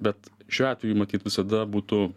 bet šiuo atveju matyt visada būtų